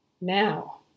now